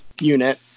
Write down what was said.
unit